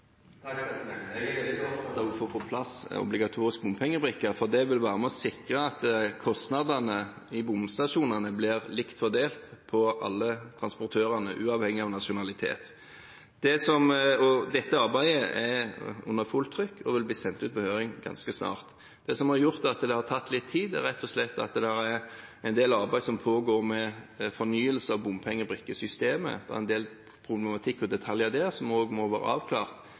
Jeg er veldig opptatt av å få på plass obligatorisk bompengebrikke, for det vil være med på å sikre at kostnadene i bomstasjonene blir likt fordelt på alle transportørene uavhengig av nasjonalitet. Dette arbeidet er under fullt trykk og vil bli sendt ut på høring ganske snart. Det som har gjort at det har tatt litt tid, er rett og slett at det er en del arbeid som pågår med fornyelse av bompengebrikkesystemet. Det er en del problematikk ved detaljer der som også må være avklart